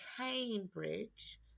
Cambridge